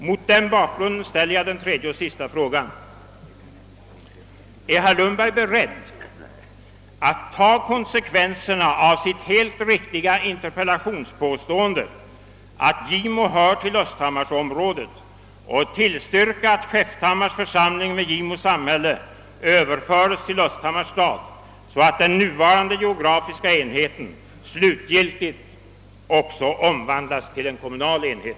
Mot den bakgrunden ställer jag den tredje och sista frågan: Är herr Lundberg beredd att ta konsekvenserna av sitt helt riktiga påstående i interpellationen, att Gimo hör till östhammarsområdet och tillstyrka, att Skäfthammars församling med Gimo samhälle överföres till Östhammars stad, så att den nuvarande geografiska enheten slutgiltigt omvandlas till en kommunal enhet?